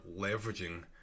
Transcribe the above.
leveraging